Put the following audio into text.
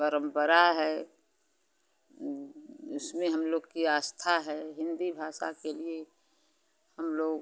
परम्परा है उसमें हम लोग की आस्था है हिन्दी भाषा के लिए हम लोग